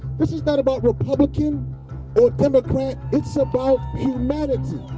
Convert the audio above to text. this is not about republican or democrat, it's about humanity.